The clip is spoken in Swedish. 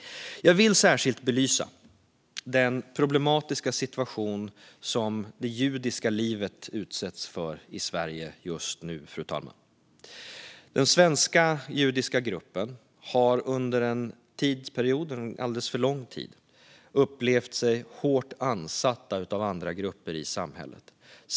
Jag vill särskilt belysa den problematiska situation som det judiska livet utsätts för i Sverige just nu, fru talman. Den svenska judiska gruppen har under alldeles för lång tid upplevt sig hårt ansatt av andra grupper i samhället.